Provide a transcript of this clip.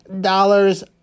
dollars